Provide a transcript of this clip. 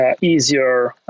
easier